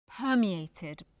permeated